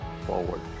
forward